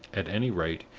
at any rate,